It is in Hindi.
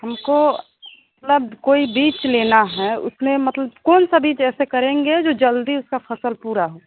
हमको मतलब कोई बीज लेना है उसमें मतलब कौन सा बीज ऐसे करेंगे जो जल्दी उसकी फ़सल पूरी हो